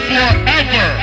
Forever